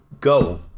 go